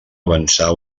avançar